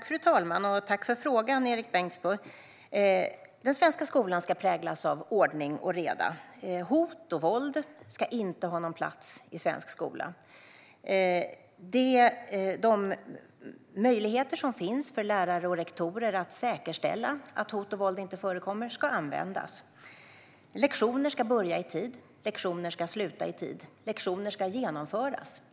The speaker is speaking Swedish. Fru talman! Tack för frågan, Erik Bengtzboe! Den svenska skolan ska präglas av ordning och reda. Hot och våld ska inte ha någon plats i svensk skola. De möjligheter som finns för lärare och rektorer att säkerställa att hot och våld inte förekommer ska användas. Lektioner ska börja i tid. Lektioner ska sluta i tid. Lektioner ska genomföras.